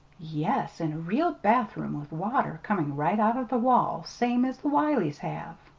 yes, and a real bathroom, with water coming right out of the wall, same as the wileys have!